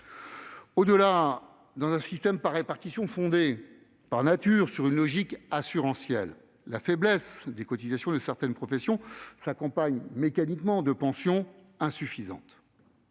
2. Dans un système par répartition fondé, par nature, sur une logique assurantielle, la faiblesse des cotisations de certaines professions se traduit mécaniquement par une pension insuffisante.